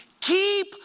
keep